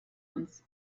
uns